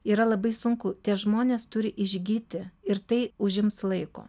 yra labai sunku tie žmonės turi išgyti ir tai užims laiko